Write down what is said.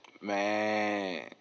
Man